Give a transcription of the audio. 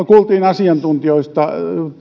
kuultiin asiantuntijoita